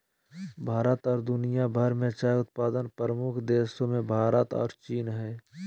भारत और दुनिया भर में चाय उत्पादन प्रमुख देशों मेंभारत और चीन हइ